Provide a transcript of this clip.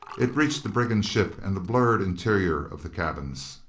it reached the brigand ship and the blurred interior of the cabins.